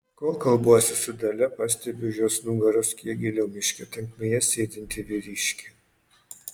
kol kalbuosi su dalia pastebiu už jos nugaros kiek giliau miško tankmėje sėdintį vyriškį